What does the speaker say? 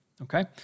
Okay